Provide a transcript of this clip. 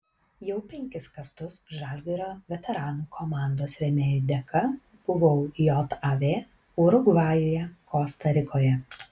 jau penkis kartus žalgirio veteranų komandos rėmėjų dėka buvau jav urugvajuje kosta rikoje